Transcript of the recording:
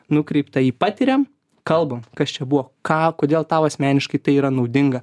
nukreipta į patiriam kalbam kas čia buvo ką kodėl tau asmeniškai tai yra naudinga